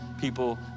people